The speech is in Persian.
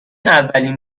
اولین